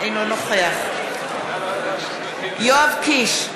אינו נוכח יואב קיש,